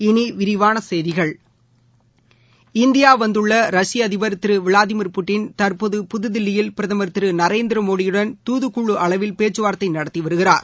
இனிவிரிவானசெய்திகள் இந்தியாவந்துள்ள ரஷ்ய அதிபர் திருவிளாடியிர் புட்டின் தற்போது புதுதில்லியில் பிரதமர் திருநரேந்திரமோடியுடன் துதுக்குழுஅளவில் பேச்சுவார்த்தைநடத்திவருகிறார்